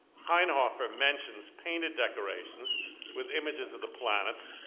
hainhofer mentions painted decorations with images of the planets,